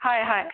হয় হয়